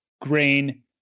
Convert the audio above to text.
grain